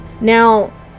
Now